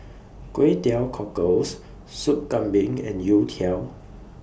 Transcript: Kway Teow Cockles Sup Kambing and Youtiao